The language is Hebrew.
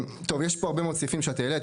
יש פה הרבה מאוד סעיפים שהעלית,